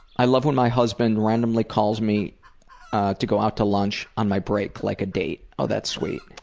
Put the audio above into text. i love when my husband randomly calls me to go out to lunch on my break, like a date. ah that's sweet.